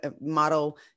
model